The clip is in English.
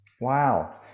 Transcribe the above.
wow